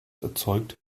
erzeugt